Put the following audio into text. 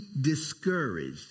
discouraged